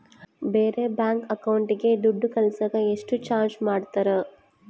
ಬೇರೆ ಬ್ಯಾಂಕ್ ಅಕೌಂಟಿಗೆ ದುಡ್ಡು ಕಳಸಾಕ ಎಷ್ಟು ಚಾರ್ಜ್ ಮಾಡತಾರ?